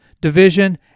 division